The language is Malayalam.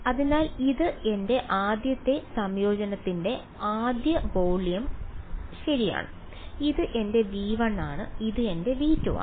അതിനാൽ ഇത് എന്റെ ആദ്യത്തെ സംയോജനത്തിന്റെ ആദ്യ വോള്യം ശരിയാണ് ഇത് എന്റെ V1 ആണ് ഇത് എന്റെ V2 ആണ്